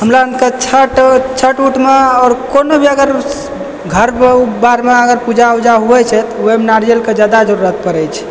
हमरा अरके छठ उठमे आओर कोनो भी अगर घर उरमे पूजा उजा होइ छै ओइमे नारियलके जादा जरूरत पड़ै छै